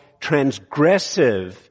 transgressive